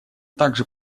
также